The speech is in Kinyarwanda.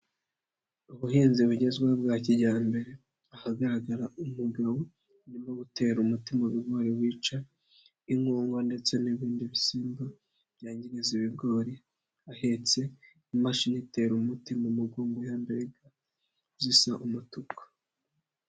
Ubuhinzi bugezweho bwa kijyambere ahagaragara umugabo urimo butera umuti mu bigori wica inkongwa ndetse n'ibindi bisimba byangiriza ibigori ahahetse imashini itera umuti mu mugongo ya mbaye ga zisa umutuku.